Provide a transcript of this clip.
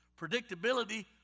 Predictability